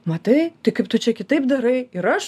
matai tai kaip tu čia kitaip darai ir aš